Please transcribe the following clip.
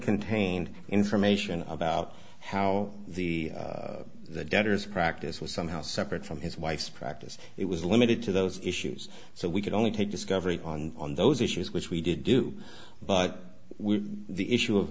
contained information about how the debtor's practice was somehow separate from his wife's practice it was limited to those issues so we could only take discovery on those issues which we did do but the issue of